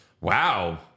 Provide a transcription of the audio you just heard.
Wow